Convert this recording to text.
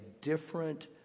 different